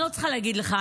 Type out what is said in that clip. אני לא צריכה להגיד לך,